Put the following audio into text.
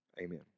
amen